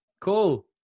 cool